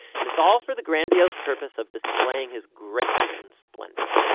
and it's all for the grandiose purpose of displaying his greatness and splendor.